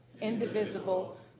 indivisible